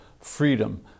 freedom